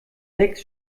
lecks